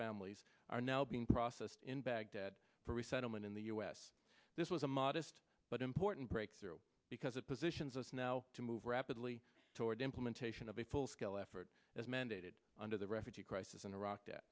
families are now being processed in baghdad for resettlement in the u s this was a modest but important breakthrough because it positions us now to move rapidly toward implementation of a full scale effort as mandated under the refugee crisis in iraq t